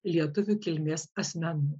lietuvių kilmės asmenų